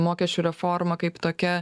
mokesčių reforma kaip tokia